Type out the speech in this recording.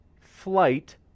flight